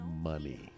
Money